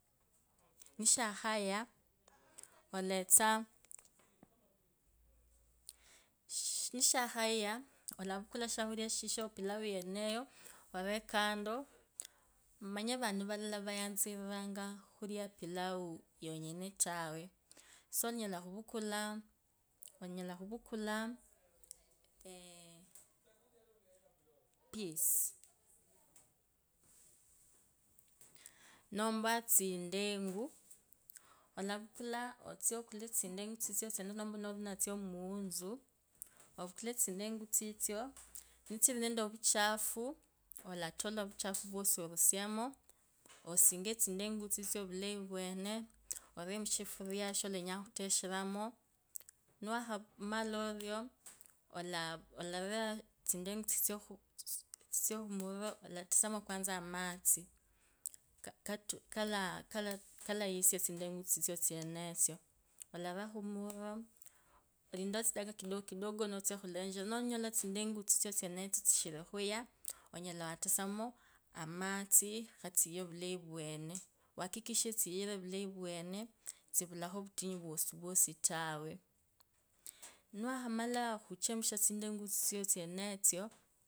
Nishakhaya uletsa nishakhaya olavukula shisho pilau ineyo urie kando emanye vantu valala vayatsiriranga khulia pilau yenyene tawe, so- onyala khuvukula onyala khwukula eeeh, piece. Nomba tsindegu olavukula otsieovukula tsiendegu tsitso tsinetso nomba nosi ninatso mutsu, ovukhule tsindegu tsitso nitsiri nende ovuchafu urisiemo ovuchafu asiche tsindegu tsitso vulayi vwene oreemushifuria sheorenyanga khuteshiramo niwakhamala orio olatasamo amatsi kalaa- kala yisia tsindegu tsitso tswenutsu olara khumuluro olinde tsidaka kidogokidogo nutsa khulecheriria, nonyola tsindegu tsitsu tsenetso tsishiri okhya onyala watose mu amatsi khatsiye ovulayi vwene, wakikishe tsiyere vulayi vwene tsivulakho vutinyu vwosivwosi tawe. Niwakhamala khuchemusha tsindengu tsitso tsenetso.